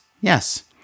Yes